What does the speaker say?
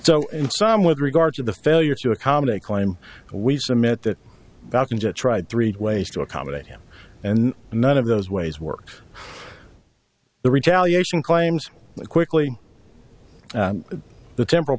so in sum with regard to the failure to accommodate climb we submit that tried three ways to accommodate him and none of those ways works the retaliation claims quickly the temp